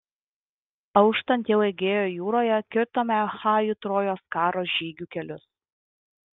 auštant jau egėjo jūroje kirtome achajų trojos karo žygių kelius